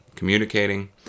Communicating